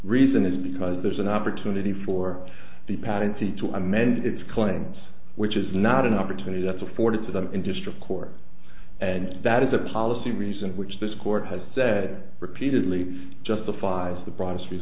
reason is because there's an opportunity for the patentee to amend its claims which is not an opportunity that's afforded to them in district court and that is a policy reason which this court has said repeatedly justifies the broadest re